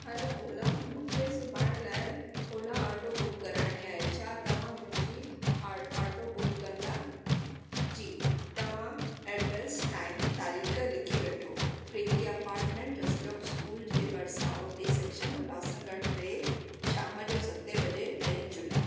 hello Ola मूंखे सुभाणे लाइ ओला ऑटो बुक कराइणी आहे छा तव्हां मुंहिंजी आटो बुक कंदा जी तव्हां एड्रेस टाइम तारीख़ लिखी वठो प्रीती अपार्टमेन्ट जसलोक स्कूल जे बरिसां ओटी सेक्शन उल्हासनगर टे शाम जो सते बजे ॾही जुलाई